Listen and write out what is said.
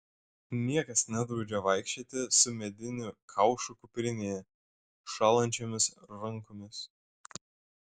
niekas nedraudžia vaikščioti su mediniu kaušu kuprinėje šąlančiomis rankomis